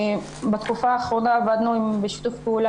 בתקופה האחרונה אנחנו גם עבדנו בשיתוף פעולה